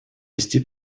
вести